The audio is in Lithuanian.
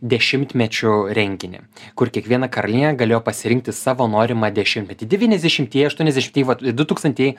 dešimtmečio renginį kur kiekviena karalienė galėjo pasirinkti savo norimą dešimtmetį devyniasdešimieji aštuoniasdešimieji vat dutūkstantieji